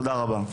תודה רבה.